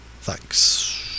Thanks